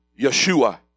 Yeshua